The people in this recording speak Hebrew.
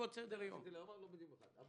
אנחנו